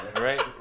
right